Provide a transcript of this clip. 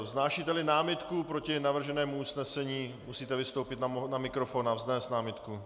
Vznášíteli námitku proti navrženému usnesení, musíte vystoupit na mikrofon a vznést námitku.